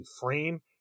frame